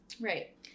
Right